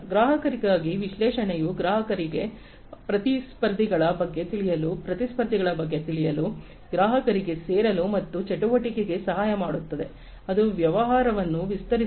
ಗ್ರಾಹಕರಿಗಾಗಿ ವಿಶ್ಲೇಷಣೆಯು ಗ್ರಾಹಕರಿಗೆ ಪ್ರತಿಸ್ಪರ್ಧಿಗಳ ಬಗ್ಗೆ ತಿಳಿಯಲು ಸ್ಪರ್ಧಿಗಳ ಬಗ್ಗೆ ತಿಳಿಯಲು ಗ್ರಾಹಕರಿಗೆ ಸೇರಲು ಮತ್ತು ಚಟುವಟಿಕೆಗೆ ಸಹಾಯ ಮಾಡುತ್ತದೆ ಅದು ವ್ಯವಹಾರವನ್ನು ವಿಸ್ತರಿಸುತ್ತದೆ